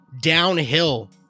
downhill